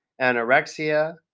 anorexia